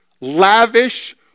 lavish